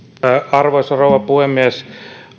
arvoisa rouva puhemies